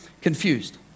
confused